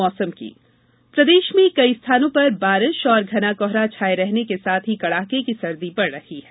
मौसम ठंड प्रदेश में कई स्थानों पर बारिश और घना कोहरा छाये रहने के साथ ही कड़ाके की सर्दी पड़ रही है